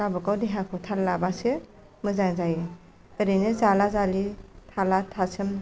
गावबागाव देहाखौ थाल लाबासो मोजां जायो ओरैनो जाला जालि थाला थासोम